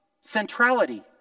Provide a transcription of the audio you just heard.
centrality